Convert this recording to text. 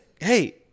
Hey